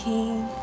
King